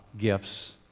gifts